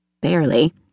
Barely